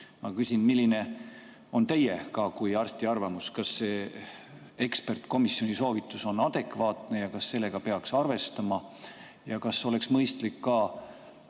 Ma küsin, milline on teie kui arsti arvamus, kas see ekspertkomisjoni soovitus on adekvaatne ja kas sellega peaks arvestama ja kas oleks mõistlik ka